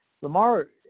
Lamar